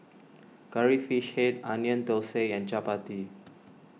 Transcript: Curry Fish Head Onion Thosai and Chappati